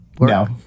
No